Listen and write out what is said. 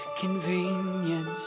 convenience